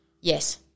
Yes